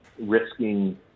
risking